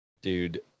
Dude